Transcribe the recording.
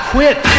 quit